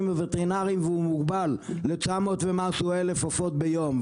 הווטרינרים והוא מוגבל ל-900 אלף ומשהו עופות ביום,